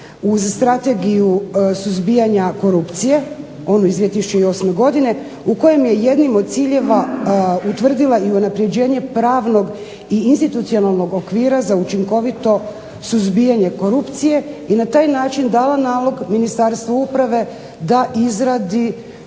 uz Strategiju suzbijanja korupcije onu iz 2008. godine u kojem je jednim od ciljeva utvrdila i unapređenje pravnog i institucionalnog okvira za učinkovito suzbijanje korupcije i na taj način dala nalog Ministarstvu uprave da izradi